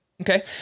Okay